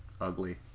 ugly